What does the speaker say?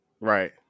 right